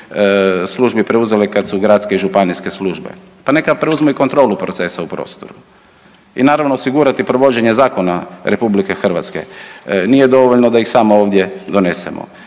službi preuzele kad su gradske i županijske službe. Pa neka preuzmu i kontrolu procesa u prostoru. I naravno, osigurati provođenje zakona RH. Nije dovoljno da ih samo ovdje donesemo